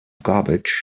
garbage